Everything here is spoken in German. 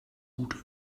gute